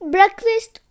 Breakfast